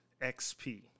XP